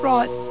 Right